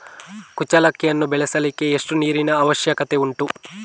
ಕುಚ್ಚಲಕ್ಕಿಯನ್ನು ಬೆಳೆಸಲಿಕ್ಕೆ ಎಷ್ಟು ನೀರಿನ ಅವಶ್ಯಕತೆ ಉಂಟು?